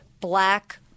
black